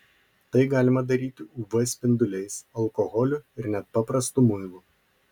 tai galima daryti uv spinduliais alkoholiu ir net paprastu muilu